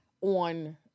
on